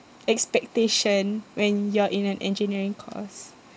expectation when you're in an engineering course